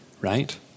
right